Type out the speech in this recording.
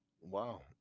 Wow